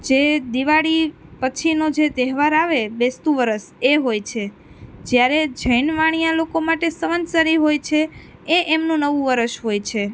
જે દિવાળી પછીનો જે તહેવાર આવે બેસતું વર્ષ એ હોય છે જ્યારે જૈન વાણિયા લોકો માટે સંવત્સરી હોય છે એ એમનું નવું વર્ષ હોય છે